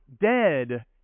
dead